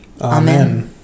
Amen